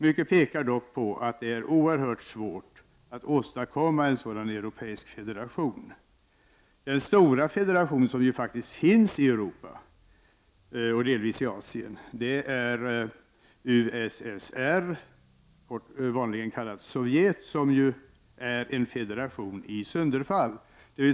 Mycket pekar dock på att det är oerhört svårt att åstadkomma en sådan europeisk federation. Den stora federation som ju faktiskt finns i Europa, och delvis i Asien, nämligen USSR, vanligen kallat Sovjet, är en federation i sönderfall.